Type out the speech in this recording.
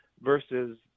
Versus